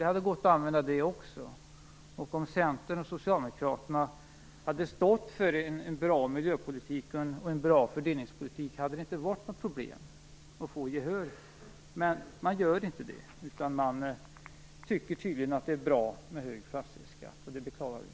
Det hade gått att använda det också. Om Centern och Socialdemokraterna hade stått för en bra miljöpolitik och en bra fördelningspolitik, hade det inte varit något problem att få gehör. Men man gör inte det, utan man tycker tydligen att det är bra med höjd fastighetsskatt. Det beklagar vi.